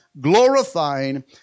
glorifying